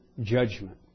judgment